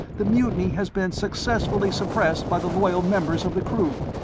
the mutiny has been successfully suppressed by the loyal members of the crew.